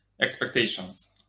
expectations